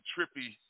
Trippy